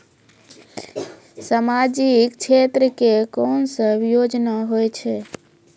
समाजिक क्षेत्र के कोन सब योजना होय छै?